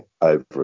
over